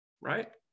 right